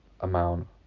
amount